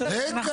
לא.